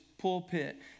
pulpit